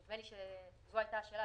נדמה לי שזו הייתה השאלה.